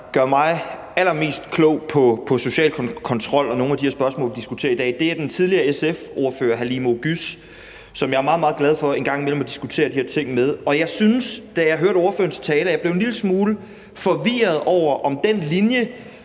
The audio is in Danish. gør mig allermest klog på social kontrol og nogle af de her spørgsmål, vi diskuterer her i dag, er den tidligere SF-ordfører Halime Oguz, som jeg er meget, meget glad for at diskutere de her ting med en gang imellem. Jeg synes, da jeg hørte ordførerens tale, at jeg blev en lille smule forvirret over, om den linje,